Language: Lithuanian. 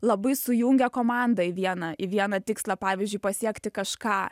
labai sujungia komandą į vieną į vieną tikslą pavyzdžiui pasiekti kažką